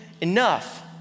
enough